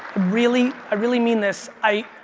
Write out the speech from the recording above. really, i really mean this, i,